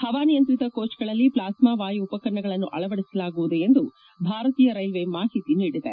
ಹವಾನಿಯಂತ್ರಿತ ಕೋಚ್ಗಳಲ್ಲಿ ಪ್ಲಾಸ್ನಾ ವಾಯು ಉಪಕರಣಗಳನ್ನು ಅಳವಡಿಸಲಾಗುವುದು ಎಂದು ಭಾರತೀಯ ರೈಲ್ವೆ ಮಾಹಿತಿ ನೀಡಿದೆ